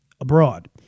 abroad